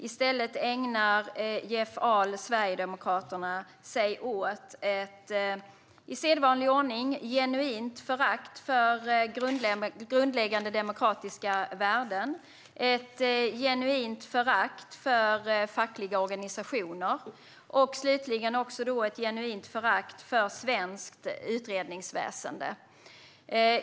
I stället ägnade sig Jeff Ahl, Sverigedemokraterna, åt ett i sedvanlig ordning genuint förakt för grundläggande demokratiska värden, ett genuint förakt för fackliga organisationer och slutligen ett genuint förakt för svenskt utredningsväsen.